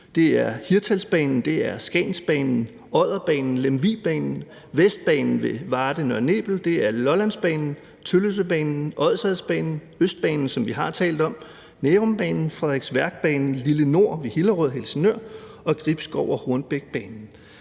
Det er Hirtshalsbanen, Skagensbanen, Odderbanen, Lemvigbanen, Vestbanen ved Varde-Nørre Nebel, det er Lollandsbanen, Tølløsebanen, Odsherredsbanen, Østbanen, som vi har talt om, Nærumbanen, Frederiksværkbanen, Lillenord ved Hillerød-Helsingør og Gribskov- og Hornbækbanen.